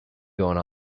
going